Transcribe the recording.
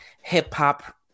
hip-hop